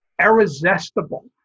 irresistible